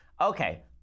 Okay